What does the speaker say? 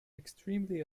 extremely